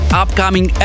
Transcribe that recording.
upcoming